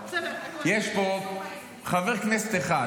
יש פה חבר כנסת אחד,